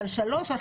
על שלוש וכו',